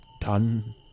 Done